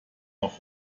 auch